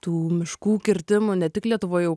tų miškų kirtimų ne tik lietuva jau